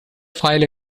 file